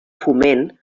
foment